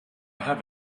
have